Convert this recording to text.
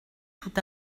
tout